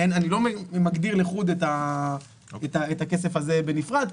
אני לא מגדיר לחוד את הכסף הזה בנפרד,